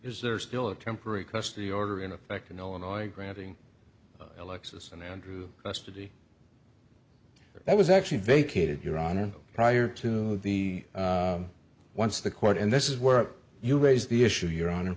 is there still a temporary custody order in effect in illinois granting alexis and andrew custody that was actually vacated your honor prior to the once the court and this is where you raise the issue your honor